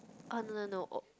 orh no no no oh